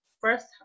first